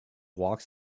walks